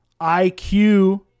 iq